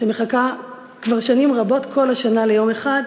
שמחכה כבר שנים רבות כל השנה ליום אחד,